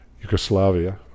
Yugoslavia